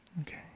Okay